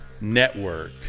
network